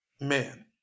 Man